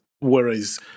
whereas